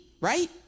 right